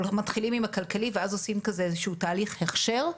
מתחילים עם הכלכלי ואז עושים כזה איזה שהוא תהליך הכשר.